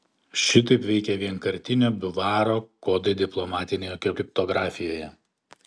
šitaip veikia vienkartinio biuvaro kodai diplomatinėje kriptografijoje